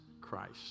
Christ